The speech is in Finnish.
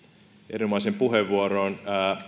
erinomaiseen puheenvuoroon